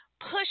push